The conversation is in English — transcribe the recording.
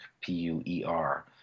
P-U-E-R